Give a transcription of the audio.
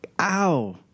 Ow